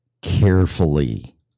carefully